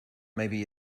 maybe